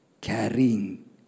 carrying